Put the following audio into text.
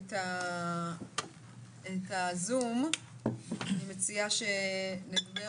את הזום אני מציעה שנדבר